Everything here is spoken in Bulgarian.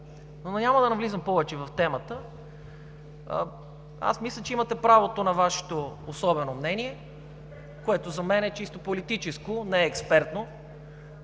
Няма да навлизам повече в темата. Мисля, че имате правото на Вашето особено мнение, което за мен е чисто политическо, не е експертно.